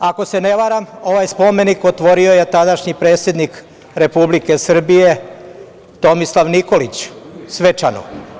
Ako se ne varam, ovaj spomenik otvorio je tadašnji predsednik Republike Srbije Tomislav Nikolić, svečano.